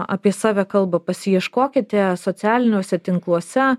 apie save kalba pasiieškokite socialiniuose tinkluose